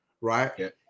right